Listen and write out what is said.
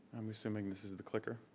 i'm assuming this is the clicker?